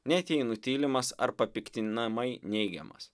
net jei nutylimas ar papiktinamai neigiamas